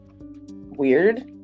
weird